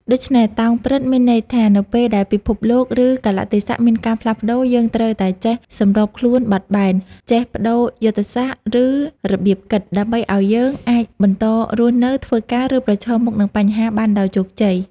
ដូច្នេះ "តោងព្រឹត្តិ" មានន័យថា នៅពេលដែលពិភពលោក ឬកាលៈទេសៈមានការផ្លាស់ប្តូរ យើងត្រូវតែចេះ សម្របខ្លួន បត់បែន ចេះប្តូរយុទ្ធសាស្ត្រ ឬរបៀបគិត ដើម្បីឱ្យយើងអាចបន្តរស់នៅ ធ្វើការ ឬប្រឈមមុខនឹងបញ្ហាបានដោយជោគជ័យ។